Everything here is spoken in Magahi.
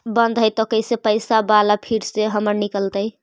बन्द हैं त कैसे पैसा बाला फिर से हमर निकलतय?